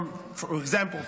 for example,